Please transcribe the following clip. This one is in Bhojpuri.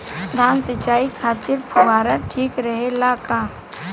धान सिंचाई खातिर फुहारा ठीक रहे ला का?